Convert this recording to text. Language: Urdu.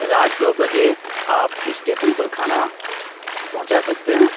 رات دو بجے آپ اسٹیشن پر کھانا پہنچا سکتے ہیں